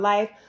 Life